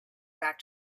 back